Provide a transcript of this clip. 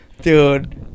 dude